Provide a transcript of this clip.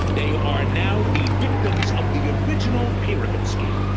they are now the victims of the original pyramid scheme.